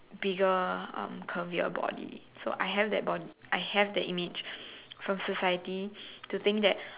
bigger um curvier body so I have that body I have that image from society to think that